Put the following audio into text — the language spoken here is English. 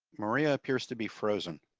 maria appears to be frozen.